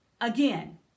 again